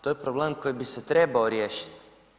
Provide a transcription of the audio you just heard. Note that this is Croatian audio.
To je problem koji bi se trebao riješiti.